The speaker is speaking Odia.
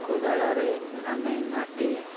କୋଦାଳରେ ଆମେ ମାଟି